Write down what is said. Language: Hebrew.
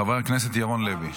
חבר הכנסת ירון לוי.